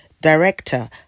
director